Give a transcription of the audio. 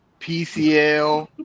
PCL